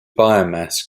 biomass